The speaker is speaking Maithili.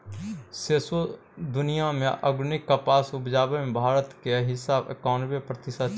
सौंसे दुनियाँ मे आर्गेनिक कपास उपजाबै मे भारत केर हिस्सा एकानबे प्रतिशत छै